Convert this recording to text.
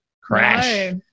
crash